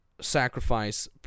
sacrifice